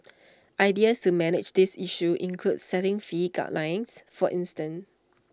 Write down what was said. ideas to manage this issue include setting fee guidelines for instance